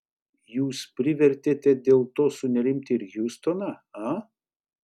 jūs privertėte dėl to sunerimti ir hjustoną a